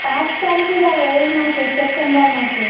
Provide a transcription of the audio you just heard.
পাঁচ তারিখে যাবো এই মাসের সেপ্টেম্বর মাসের